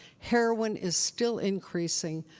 heroin is still increasing.